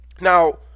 now